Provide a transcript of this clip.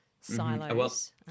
silos